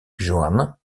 johannes